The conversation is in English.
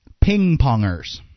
ping-pongers